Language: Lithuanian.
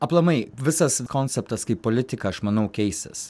aplamai visas konceptas kaip politika aš manau keisis